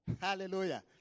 Hallelujah